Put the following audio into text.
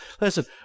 listen